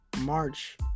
March